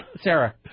Sarah